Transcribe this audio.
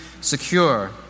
secure